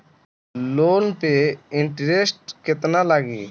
Loan पे interest केतना लागी?